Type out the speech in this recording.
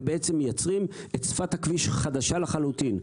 ובעצם מייצרים שפת כביש חדשה לחלוטין.